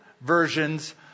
versions